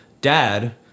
dad